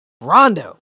Rondo